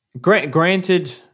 Granted